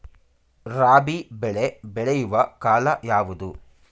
ರಾಬಿ ಬೆಳೆ ಬೆಳೆಯುವ ಕಾಲ ಯಾವುದು?